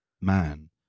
man